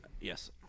yes